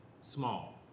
small